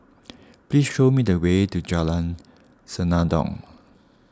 please show me the way to Jalan Senandong